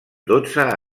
dotze